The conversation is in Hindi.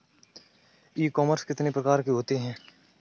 ई कॉमर्स कितने प्रकार के होते हैं?